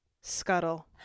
Scuttle